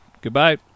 goodbye